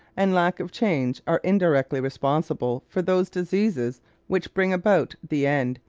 and lack of change are indirectly responsible for those diseases which bring about the end,